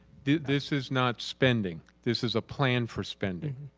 this is not spending, this is a plan for spending,